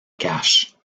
cachent